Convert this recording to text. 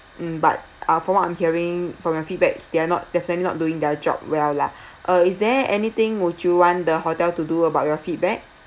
mm but uh from what I'm hearing from your feedback they're not definitely not doing their job well lah uh is there anything would you want the hotel to do about your feedback